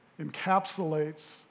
encapsulates